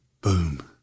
Boom